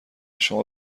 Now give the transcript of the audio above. شما